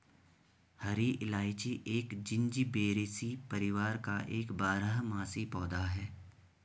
हरी इलायची एक जिंजीबेरेसी परिवार का एक बारहमासी पौधा है